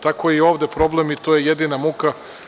Tako je i ovde problem i to je jedina muka.